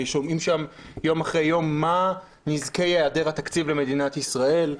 והם שומעים שם יום אחרי יום מה נזקי היעדר התקציב למדינת ישראל.